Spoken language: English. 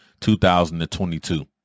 2022